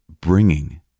bringing